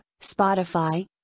Spotify